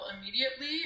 immediately